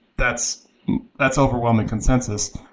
that's that's overwhelming consensus,